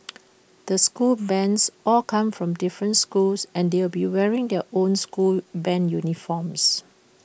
the school bands all come from different schools and they will be wearing their own school Band uniforms